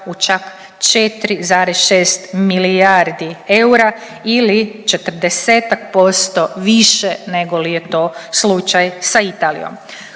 u čak 4,6 milijardi eura ili 40-ak posto više nego li je to slučaj sa Italijom.